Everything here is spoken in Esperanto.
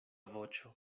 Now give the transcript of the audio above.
voĉo